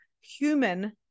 human